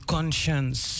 Conscience